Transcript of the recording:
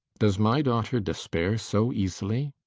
does my daughter despair so easily?